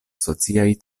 sociaj